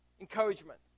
Encouragement